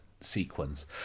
sequence